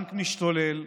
והבנק משתולל.